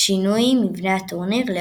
שיכלול חמישה שלבים במקום ארבעה.